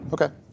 Okay